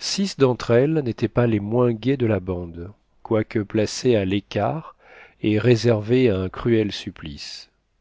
six d'entre elles n'étaient pas les moins gaies de la bande quoique placées à l'écart et réservées à un cruel supplice